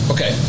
Okay